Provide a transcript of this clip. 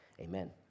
Amen